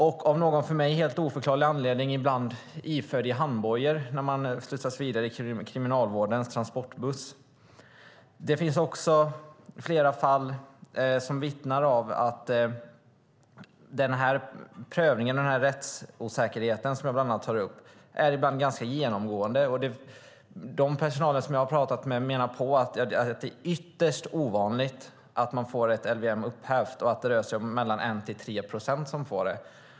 Och ibland, av någon för mig helt oförklarlig anledning, iförs man handbojor när man slussas vidare i Kriminalvårdens transportbuss. Det finns också flera fall som vittnar om att den här prövningen och den här rättosäkerheten som jag tar upp ibland är ganska genomgående. Den personal som jag har pratat med menar att det är ytterst ovanligt att man får ett omhändertagande enligt LVM upphävt. Det är mellan 1 och 3 procent som får det.